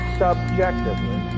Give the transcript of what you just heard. subjectively